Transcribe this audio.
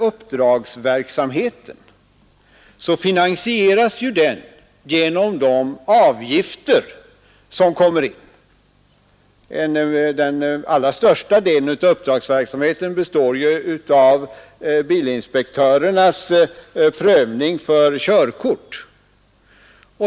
Uppdragsverksamheten finansieras ju genom de avgifter som kommer in. Den allra största delen av uppdragsverksamheten består av bilinspektörernas prövning för körkort.